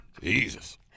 Jesus